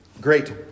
Great